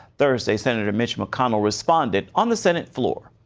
thursday, senator mitch mcconnell responded on the senate floor.